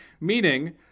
Meaning